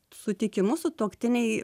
sutikimu sutuoktiniai